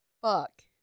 Fuck